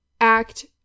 act